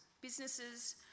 businesses